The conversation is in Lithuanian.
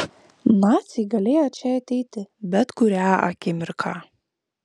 naciai galėjo čia ateiti bet kurią akimirką